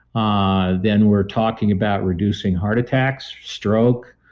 ah then we're talking about reducing heart attacks, stroke,